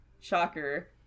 shocker